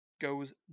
goes